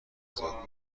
زیاد